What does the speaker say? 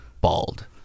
bald